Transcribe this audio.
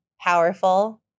powerful